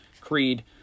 Creed